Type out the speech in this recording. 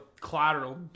collateral